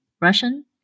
Russian